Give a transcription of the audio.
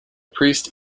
priest